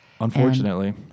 Unfortunately